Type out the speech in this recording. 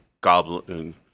Goblin